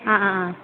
ആ ആ ആ